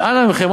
ואנא מכם,